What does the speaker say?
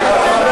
הארץ.